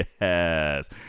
Yes